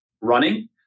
running